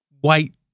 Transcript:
white